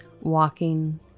walking